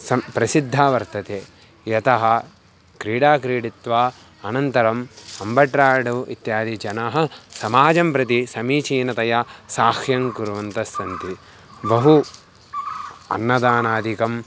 सं प्रसिद्धा वर्तते यतः क्रीडां क्रीडित्वा अनन्तरम् अम्बट्राय्डु इत्यादिजनाः समाजं प्रति समीचीनतया साहाय्यं कुर्वन्तः सन्ति बहु अन्नदानादिकं